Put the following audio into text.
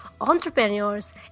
entrepreneurs